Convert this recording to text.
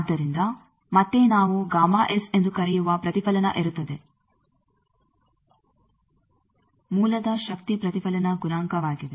ಆದ್ದರಿಂದ ಮತ್ತೆ ನಾವು ಎಂದು ಕರೆಯುವ ಪ್ರತಿಫಲನ ಇರುತ್ತದೆ ಮೂಲದ ಶಕ್ತಿ ಪ್ರತಿಫಲನ ಗುಣಾಂಕವಾಗಿದೆ